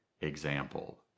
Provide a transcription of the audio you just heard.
example